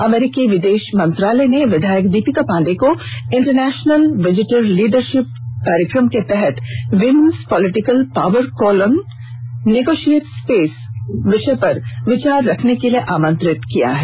अमेरिकी विदेष मंत्रालय ने विधायक दीपिका पांडेय को इंटरनेषनल विजिटर लीडरषिप कार्यक्रम के तहत women's political power colon negotiate space विषय पर विचार रखने के लिए आमंत्रित किया है